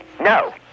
No